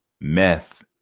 meth